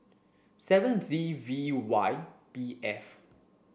seven Z V Y B F